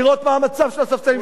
לראות מה המצב של הספסלים שלכם.